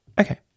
Okay